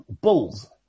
bulls